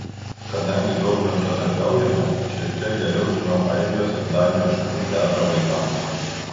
kadangi daug bendradarbiaujame šiek tiek geriau žinau airijos ir danijos šalių teatrą vaikams